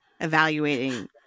evaluating